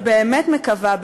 אני באמת מקווה,